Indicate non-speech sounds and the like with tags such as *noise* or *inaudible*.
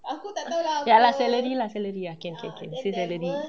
*laughs* ya lah celery lah celery lah can can can say celery